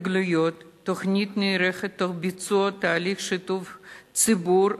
התוכנית נערכת תוך ביצוע תהליך שיתוף הציבור,